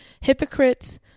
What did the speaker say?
Hypocrites